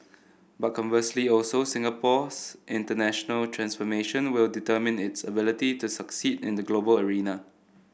but conversely also Singapore's international transformation will determine its ability to succeed in the global arena